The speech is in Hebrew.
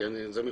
כי זה מחובתי.